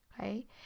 okay